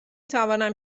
توانم